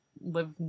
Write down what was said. live